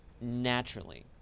naturally